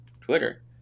twitter